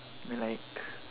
me like